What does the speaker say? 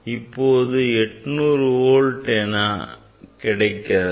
இப்போது அது 800 millivolt என்ற அளவில் நமக்கு கிடைக்கிறது